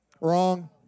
Wrong